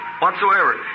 Whatsoever